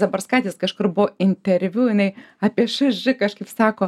zabarskaitės kažkur buvo interviu jinai apie š ž kažkaip sako